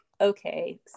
okay